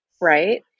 Right